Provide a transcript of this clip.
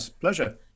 pleasure